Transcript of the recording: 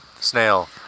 snail